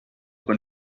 con